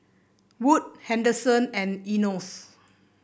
Wood Henderson and Enos